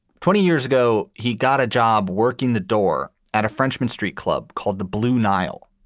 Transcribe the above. twenty years ago, he got a job working the door at a frenchman street club called the blue nile.